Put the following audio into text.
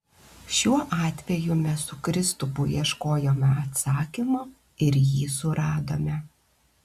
šiuo atveju mes su kristupu ieškojome atsakymo ir jį suradome